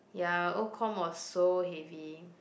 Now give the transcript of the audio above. ya old com was so heavy